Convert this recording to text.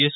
S